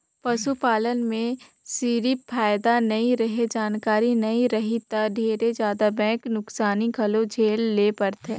पसू पालन में सिरिफ फायदा नइ रहें, जानकारी नइ रही त ढेरे जादा बके नुकसानी घलो झेले ले परथे